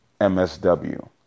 M-S-W